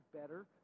better